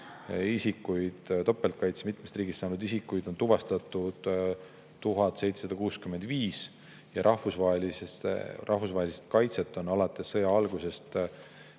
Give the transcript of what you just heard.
Topeltkaitse ehk mitmest riigist kaitse saanud isikuid on tuvastatud 1765. Rahvusvahelist kaitset on alates sõja algusest,